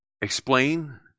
explain